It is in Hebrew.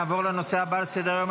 נעבור לנושא הבא על סדר-היום,